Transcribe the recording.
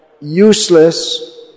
useless